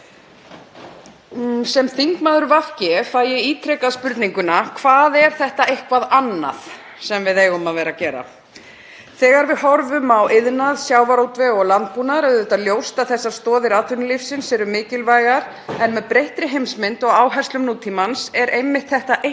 Sem þingmaður VG fæ ég ítrekað spurninguna: Hvað er þetta „eitthvað annað“ sem við eigum að vera að gera? Þegar við horfum á iðnað, sjávarútveg og landbúnað er ljóst að þessar stoðir atvinnulífsins eru mikilvægar en með breyttri heimsmynd og áherslum nútímans er það einmitt þetta